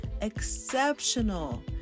exceptional